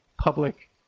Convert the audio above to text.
public